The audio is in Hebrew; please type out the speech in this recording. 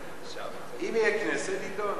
אם תהיה כנסת, יידון.